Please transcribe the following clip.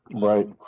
Right